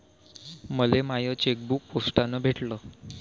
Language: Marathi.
मले माय चेकबुक पोस्टानं भेटल